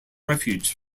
refuge